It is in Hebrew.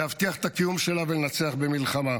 להבטיח את הקיום שלה ולנצח במלחמה,